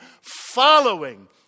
following